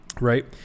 right